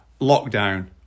lockdown